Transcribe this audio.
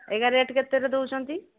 ଏଇଗା rate କେତେରେ ଦେଉଛନ୍ତି